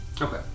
okay